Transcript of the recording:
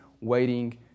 waiting